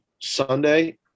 Sunday